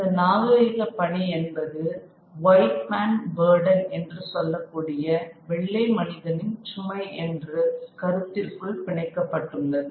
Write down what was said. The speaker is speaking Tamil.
இந்த நாகரீக பணி என்பது ஒயிட் மேன் பர்டன் என்று சொல்லக்கூடிய வெள்ளை மனிதனின் சுமை என்று கருத்திற்குள் பிணைக்கப்பட்டுள்ளது